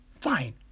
fine